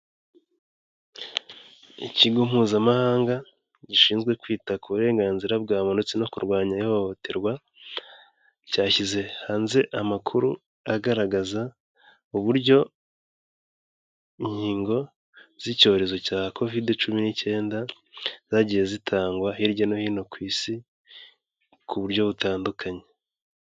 Ikigo Mpuzamahanga gishinzwe kwita ku burenganzira bwa muntu ndetse no kurwanya ihohoterwa, cyashyize hanze amakuru agaragaza uburyo inkingo z'icyorezo cya Kovide cumi n'icyenda zagiye zitangwa hirya no hino ku Isi ku buryo butandukanye.